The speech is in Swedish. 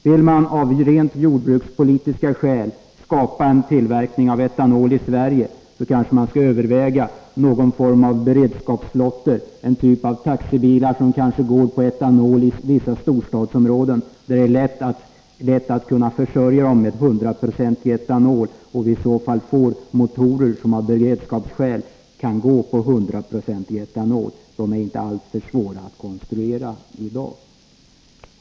Vill man av rent jordbrukspolitiska skäl skapa en tillverkning av etanol i Sverige skall man kanske överväga någon form av beredskapslotter, en typ av taxibilar som drivs med etanol i vissa storstadsområden, där det är lätt att kunna försörja dem med 100-procentig etanol. Av beredskapsskäl bör de i så fall också få motorer som kan drivas med 100-procentig etanol. De är inte alltför svåra att konstruera i dag.